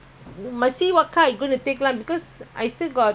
my car only can this week take back fifty fifty only I still got balance